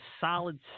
solid